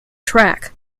track